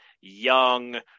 young